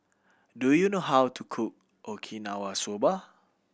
do you know how to cook Okinawa Soba